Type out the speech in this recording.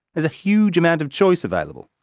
there's a huge amount of choice available.